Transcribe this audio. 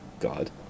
God